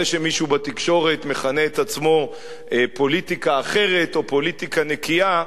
זה שמישהו בתקשורת מכנה את עצמו "פוליטיקה אחרת" או "פוליטיקה נקייה",